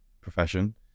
profession